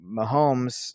Mahomes